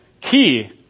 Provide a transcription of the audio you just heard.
key